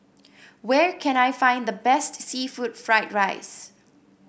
where can I find the best seafood Fried Rice